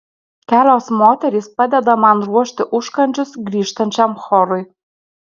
kelios moterys padeda man ruošti užkandžius grįžtančiam chorui